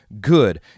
good